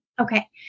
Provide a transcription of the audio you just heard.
Okay